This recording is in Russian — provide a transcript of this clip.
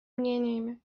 мнениями